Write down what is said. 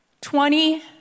Twenty